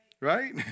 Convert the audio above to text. Right